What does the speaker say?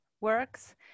works